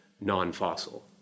non-fossil